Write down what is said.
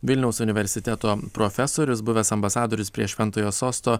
vilniaus universiteto profesorius buvęs ambasadorius prie šventojo sosto